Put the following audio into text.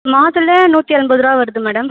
மாதுளை நூற்றி எண்பது ரூபா வருது மேடம்